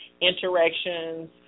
interactions